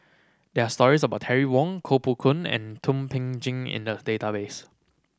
there are stories about Terry Wong Koh Poh Koon and Thum Ping Tjin in the database